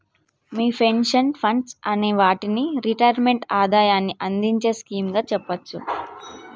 మీ pension funds అనే వాటిని retirement ఆదాయాన్ని అందించే స్కీమ్ గా చెప్పవచ్చు